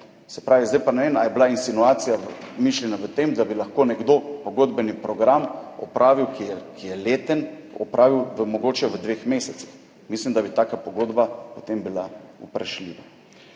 počnejo. Zdaj pa ne vem, ali je bila insinuacija mišljena v tem, da bi lahko nekdo pogodbeni program, ki je leten, opravil mogoče v dveh mesecih. Mislim, da bi taka pogodba potem bila vprašljiva.